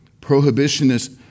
prohibitionist